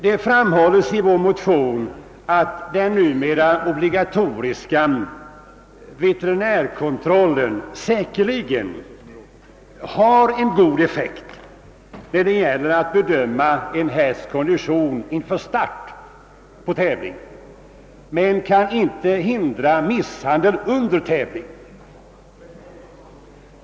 Det framhålles i vår motion, att den numera obligatoriska veterinärkontrollen säkerligen har en god effekt när det gäller att bedöma en hästs kondition inför start vid tävling, men den kan inte hindra misshandel under tävlingen.